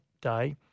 day